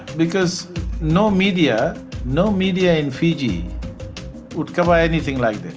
because no media no media in fiji would cover anything like that.